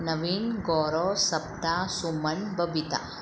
Naveen Gaurav Satta Suman Babita